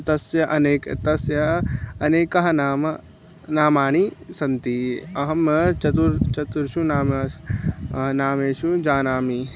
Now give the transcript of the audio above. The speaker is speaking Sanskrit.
तस्य अनेकः तस्य अनेकः नाम नामानि सन्ति अहं चतुर् चतुर्षु नाम नामसु जानामि